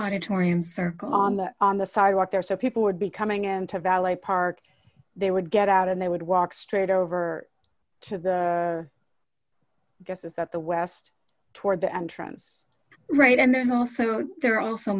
auditorium circle on the on the sidewalk there so people would be coming into valet park they would get out and they would walk straight over to the this is that the west toward the entrance right and then also there are also